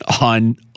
on